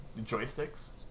joysticks